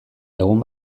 egun